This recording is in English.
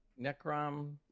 Necrom